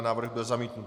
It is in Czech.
Návrh byl zamítnut.